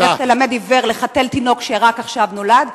איך תלמד עיוור לחתל תינוק שרק עכשיו נולד?